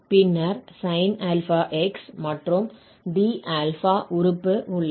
பின்னர் sin αx மற்றும் dα உறுப்பு உள்ளது